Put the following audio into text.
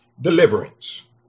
deliverance